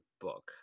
book